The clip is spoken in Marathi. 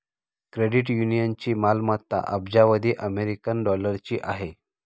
क्रेडिट युनियनची मालमत्ता अब्जावधी अमेरिकन डॉलरची आहे